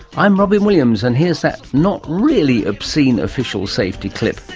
i'm robyn williams, and here is that not really obscene official safety clip.